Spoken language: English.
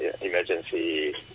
emergency